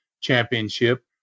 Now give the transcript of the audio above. Championship